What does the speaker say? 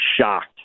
shocked